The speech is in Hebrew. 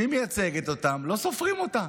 שהיא מייצגת אותם, לא סופרים אותה.